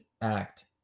act